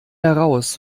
heraus